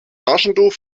taschentuch